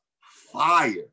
fire